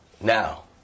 Now